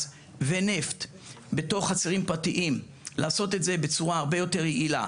ונפט בתוך חצרים פרטיים לעשות את זה בצורה הרבה יותר יעילה